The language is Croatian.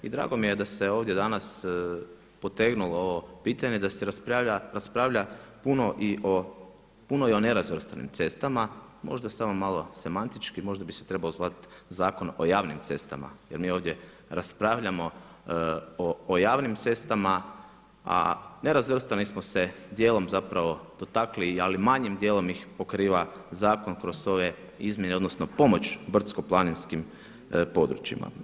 I drago mi je da se ovdje danas potegnulo ovo pitanje i da se raspravlja puno i o nerazvrstanim cestama, možda samo malo semantički, možda bi se trebao zvati Zakon o javnim cestama jer mi ovdje raspravljamo o javnim cestama a nerazvrstanim smo se dijelom zapravo dotakli ali manjim dijelom ih pokriva zakon kroz ove izmjene, odnosno pomoć brdsko-planinskim područjima.